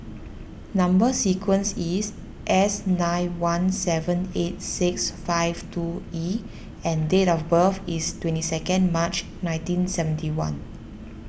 Number Sequence is S nine one seven eight six five two E and date of birth is twenty second March nineteen seventy one